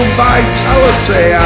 vitality